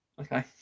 Okay